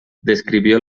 describió